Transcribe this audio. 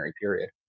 period